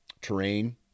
terrain